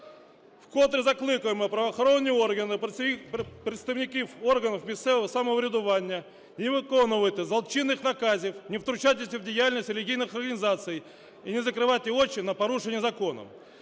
Вкотре закликаємо правоохоронні органи, представників органів місцевого самоврядування не виконувати злочинних наказів, не втручатися в діяльність релігійних організацій і не закривати очі на порушення закону.